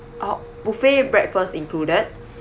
buffet breakfast included